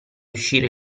uscire